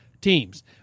teams